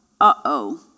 uh-oh